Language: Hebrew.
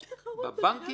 יש תחרות.